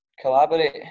collaborate